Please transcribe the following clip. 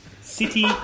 City